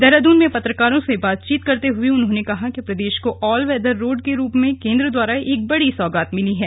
देहरादून में पत्रकारों से बातचीत करते हुए उन्होंने कहा कि प्रदेश को ऑल वेदर रोड़ के रूप में केंद्र द्वारा एक बड़ी सौगात मिली है